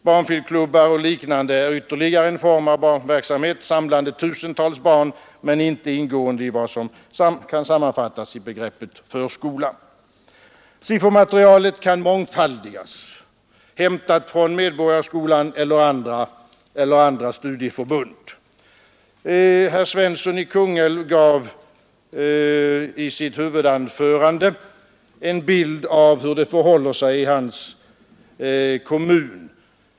Barnfilmklubbar och liknande är ytterligare en form av barnverksamhet, samlande tusentals barn men inte ingående i vad som kan sammanfattas i begreppet förskola. Siffermaterialet kan mångfaldigas, hämtat från Medborgarskolan eller andra studieförbund. Herr Svensson i Kungälv gav i sitt huvudanförande en bild av hur det förhåller sig i hans kommun.